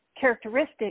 characteristics